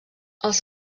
els